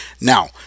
now